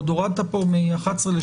אבל בנק הדואר לעניין הזה זה בנק.